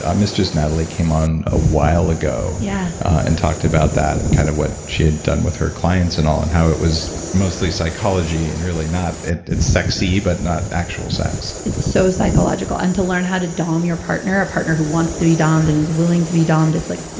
um mistress natalie came on a while ago. yeah. and talked about that and kind of what she had done with her clients and all and how it was mostly psychology and really not. it's sexy but not actual sex. it's so psychological. and to learn how to dom your partner, a partner who wants to be dommed and is willing to be dommed, it's like. mm,